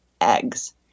eggs